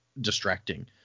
distracting